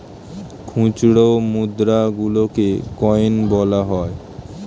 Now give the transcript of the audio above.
খুচরো মুদ্রা গুলোকে কয়েন বলা হয়